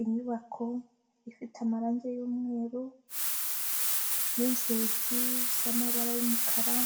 Inyubako ifite amarange y'umweru n'inzugi z'amabara y'umukara,